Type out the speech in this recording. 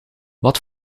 wat